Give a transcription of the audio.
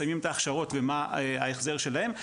מסיימים את ההכשרות ומה ההחזר שלהם,